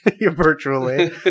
Virtually